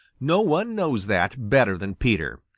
no one knows that better than peter.